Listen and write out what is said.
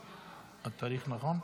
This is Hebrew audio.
הצבעה.